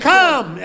Come